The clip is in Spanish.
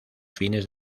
fines